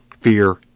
fear